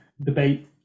debate